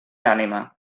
ànima